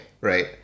right